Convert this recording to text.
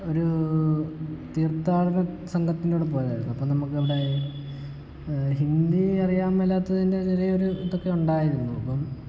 ഒരു തീർത്ഥാടന സംഘത്തിൻ്റെ കൂടെ പോയതായിരുന്നു അപ്പോൾ നമുക്ക് അവിടെ ഹിന്ദി അറിയാൻ മേലാത്തതിൻ്റെ ചെറിയ ഒരു ഇതൊക്കെ ഉണ്ടായിരുന്നു അപ്പം